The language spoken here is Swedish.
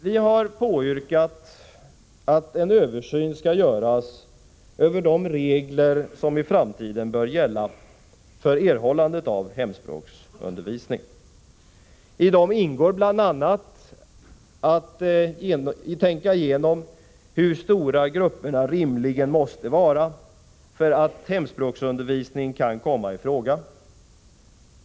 Vi har påyrkat att en översyn skall göras av de regler som i framtiden bör gälla för erhållande av hemspråksundervisning. I detta ingår bl.a. att tänka igenom hur stora grupperna rimligen måste vara för att hemspråksundervisning skall komma i fråga.